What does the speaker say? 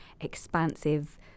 expansive